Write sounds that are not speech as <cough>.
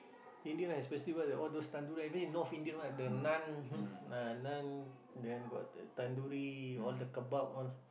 Indian especially what the all those tandoori I mean North Indian one the Naan <noise> ah Naan then got the tandoori all the kebab all